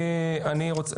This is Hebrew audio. אני רוצה,